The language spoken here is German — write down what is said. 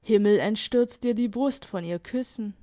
himmelentstürzt dir die brust von ihr küssen